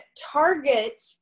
target